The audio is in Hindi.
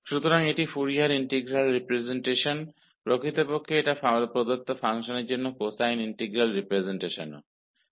तो यह फोरियर इंटीग्रल रिप्रजेंटेशन है वास्तव में यह किसी दिए गए फ़ंक्शन का फोरियर कोसाइन रिप्रजेंटेशन है